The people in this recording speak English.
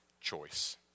choice